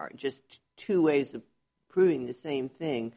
are just two ways to proving the same thing